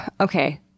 okay